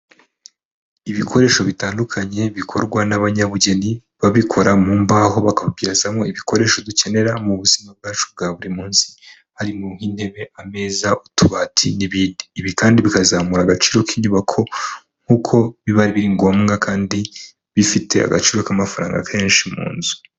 Ibikoresho bitandukanye bikorwa n'abanyabugeni babikora mu mbaho bakabibyazamo ibikoresho dukenera mu buzima bwacu bwa buri munsi harimo nk'intebe, ameza, utubati n'ibindi, ibi kandi bikazamura agaciro k'inyubako nk'uko biba biri ngombwa kandi bifite agaciro k'amafaranga kenshi mu nzu.